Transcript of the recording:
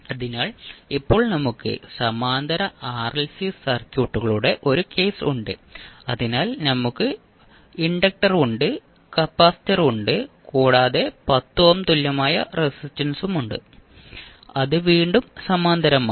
അതിനാൽ ഇപ്പോൾ നമുക്ക് സമാന്തര ആർഎൽസി സർക്യൂട്ടുകളുടെ ഒരു കേസ് ഉണ്ട് അതിനാൽ നമുക്ക് ഇൻഡക്റ്റർ ഉണ്ട് കപ്പാസിറ്റർ ഉണ്ട് കൂടാതെ 10 ഓം തുല്യമായ റെസിസ്റ്റൻസ് ഉണ്ട് അത് വീണ്ടും സമാന്തരമാണ്